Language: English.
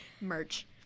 Merch